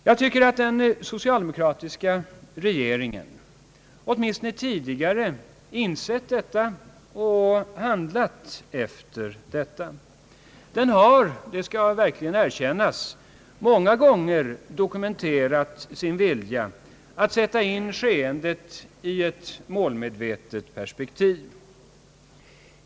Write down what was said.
Jag tycker att den socialdemokratiska regeringen åtminstone tidigare insett detta och handlat därefter. Den har — det skall verkligen erkännas — många gånger dokumenterat sin vilja att sätta in skeendet i ett målmedvetet perspektiv.